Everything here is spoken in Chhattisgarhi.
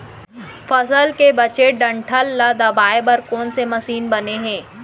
फसल के बचे डंठल ल दबाये बर कोन से मशीन बने हे?